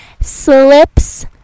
Slips